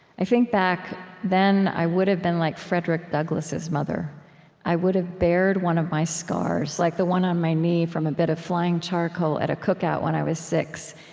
i think, back then, i would've been like frederick douglass's mother i would've bared one of my scars, like the one on my knee from a bit of flying charcoal at a cookout when i was six,